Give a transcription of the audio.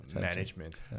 management